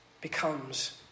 becomes